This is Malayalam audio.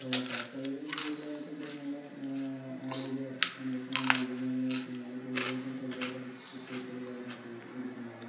ഇപ്പോൾ കർഷകര് കൂടുതലായിട്ടും മൃഗങ്ങളെ ആരോഗ്യ സംരക്ഷണം നൽകുന്നതെങ്ങനെയാന്ന് വെച്ച് കഴിഞ്ഞാല് കൂടുതലായിട്ടും പ്രതിരോധ കു കുത്തിവെപ്പുകള് കാര്യങ്ങളൊക്കെ എടുക്കുന്നതാണ്